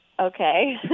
Okay